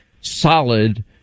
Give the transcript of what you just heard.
solid